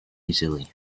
easily